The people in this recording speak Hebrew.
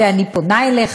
ואני פונה אליך,